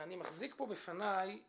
אני מחזיק בפניי